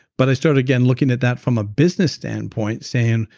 but i started again looking at that from a business standpoint saying,